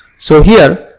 so, here,